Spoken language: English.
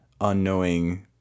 unknowing